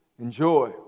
Enjoy